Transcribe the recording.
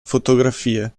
fotografie